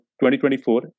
2024